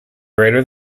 greater